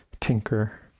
tinker